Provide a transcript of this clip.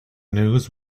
news